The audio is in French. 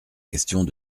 questions